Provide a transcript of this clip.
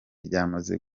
ryamaze